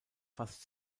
fast